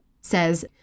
says